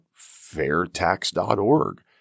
fairtax.org